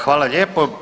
Hvala lijepo.